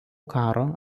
karo